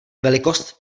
velikost